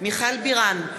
מיכל בירן,